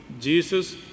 Jesus